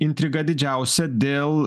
intriga didžiausia dėl